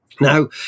Now